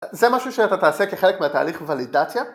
זה משהו שאתה תעשה כחלק מהתהליך וולידציה?